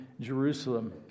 Jerusalem